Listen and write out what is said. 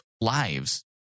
lives